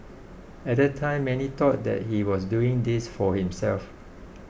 at that time many thought that he was doing this for himself